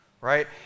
right